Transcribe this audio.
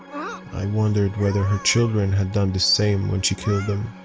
i wondered whether her children had done the same when she killed them.